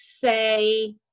say